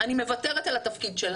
אני מוותרת על התפקיד,